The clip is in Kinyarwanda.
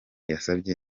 yasabye